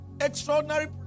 Extraordinary